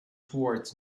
towards